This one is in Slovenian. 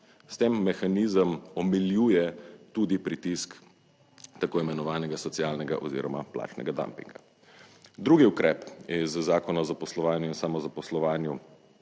S tem mehanizem omiljuje tudi pritisk tako imenovanega socialnega oziroma plačnega dumpinga. Drugi ukrep iz zakona o zaposlovanju in samozaposlovanju